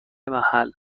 محل